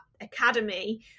academy